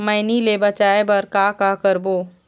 मैनी ले बचाए बर का का करबो?